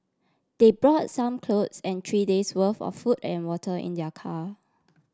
they brought some clothes and three days' worth of food and water in their car